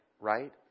right